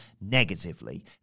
negatively